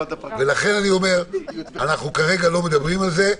לכן כרגע אנחנו לא מדברים על זה.